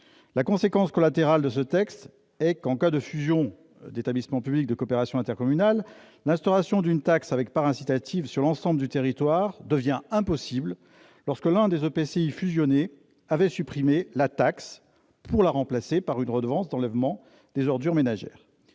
La conséquence collatérale de ce texte est que, en cas de fusion d'établissements publics de coopération intercommunale, l'instauration d'une TEOM avec part incitative sur l'ensemble du territoire devient impossible lorsque l'un des EPCI fusionnés avait supprimé cette taxe pour la remplacer par une redevance d'enlèvement des ordures ménagères,